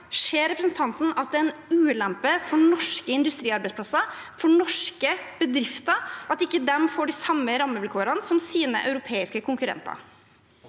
Ser representanten at det er en ulempe for norske industriarbeidsplasser, for norske bedrifter, at de ikke får de samme rammevilkårene som sine europeiske konkurrenter?